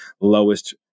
lowest